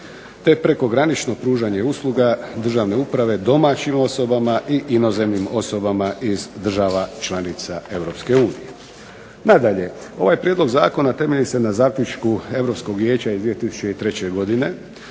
te prekogranično pružanje usluga državne uprave domaćim osobama i inozemnim osobama iz država članica Europske unije. Nadalje, ovaj prijedlog zakona temelji se na zaključku Europskog Vijeća iz 2003. godine,